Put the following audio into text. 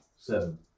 seven